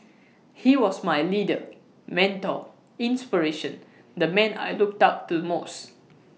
he was my leader mentor inspiration the man I looked up to most